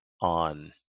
on